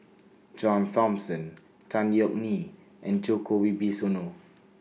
John Thomson Tan Yeok Nee and Djoko Wibisono